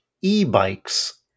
e-bikes